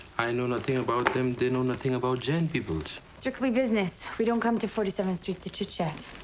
i know nothing about them. they know nothing about jain peoples. strictly business. we don't come to forty seventh street to chitchat.